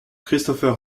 christopher